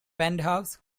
penthouse